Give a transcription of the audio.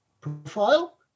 profile